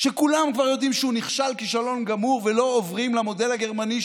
שכולם כבר יודעים שהוא נכשל כישלון גמור ולא עוברים למודל הגרמני,